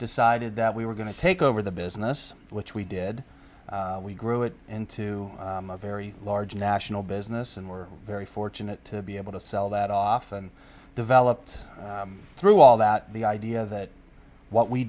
decided that we were going to take over the business which we did we grew it into a very large national business and we're very fortunate to be able to sell that off and developed through all that the idea that what we